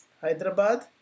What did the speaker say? Hyderabad